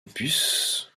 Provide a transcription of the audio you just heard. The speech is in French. puce